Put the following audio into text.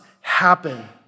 happen